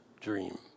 dream